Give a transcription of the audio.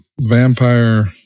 vampire